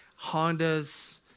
Hondas